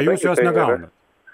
jūs jos negaunat